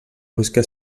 busca